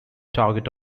target